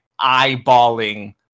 eyeballing